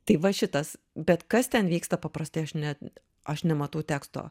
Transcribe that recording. tai va šitas bet kas ten vyksta paprastai aš net aš nematau teksto